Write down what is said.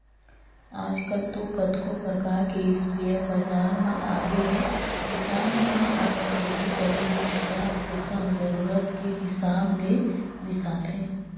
आजकल तो कतको परकार के इस्पेयर बजार म आगेहे किसान मन ह अपन खेती करे के हिसाब के संग जरुरत के हिसाब ले बिसाथे